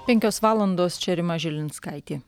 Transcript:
penkios valandos čia rima žilinskaitė